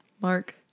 Mark